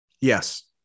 Yes